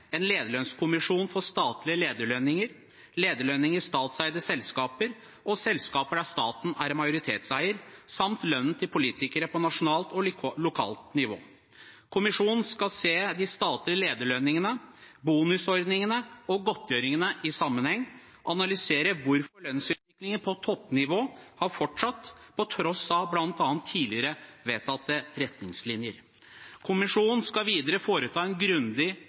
en lederlønnskommisjon for statlige lederlønninger, lederlønninger i statseide selskaper og selskaper der staten er majoritetseier samt lønnen til politikere på nasjonalt og lokalt nivå. Kommisjonen skal se de statlige lederlønningene, bonusordningene og godtgjøringene i sammenheng, analysere hvorfor lønnsutviklingen på toppnivå har fortsatt, på tross av bl.a. tidligere vedtatte retningslinjer. Kommisjonen skal videre foreta en grundig